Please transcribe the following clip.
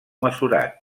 mesurat